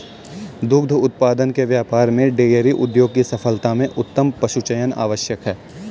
दुग्ध उत्पादन के व्यापार में डेयरी उद्योग की सफलता में उत्तम पशुचयन आवश्यक है